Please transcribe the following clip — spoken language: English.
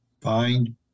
find